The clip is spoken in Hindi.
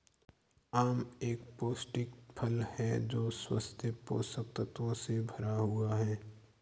आम एक पौष्टिक फल है जो स्वस्थ पोषक तत्वों से भरा हुआ है